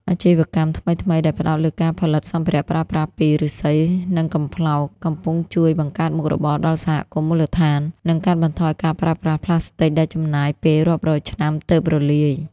អាជីវកម្មថ្មីៗដែលផ្ដោតលើការផលិតសម្ភារៈប្រើប្រាស់ពី "ឬស្សី" និង "កំប្លោក" កំពុងជួយបង្កើតមុខរបរដល់សហគមន៍មូលដ្ឋាន និងកាត់បន្ថយការប្រើប្រាស់ប្លាស្ទិកដែលចំណាយពេលរាប់រយឆ្នាំទើបរលាយ។